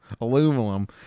Aluminum